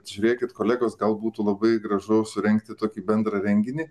žiūrėkit kolegos gal būtų labai gražu surengti tokį bendrą renginį